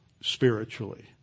spiritually